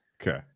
Okay